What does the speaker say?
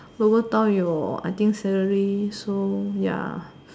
lower down your I think salary so ya